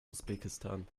usbekistan